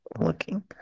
looking